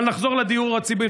אבל נחזור לדיור הציבורי.